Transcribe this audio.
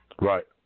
Right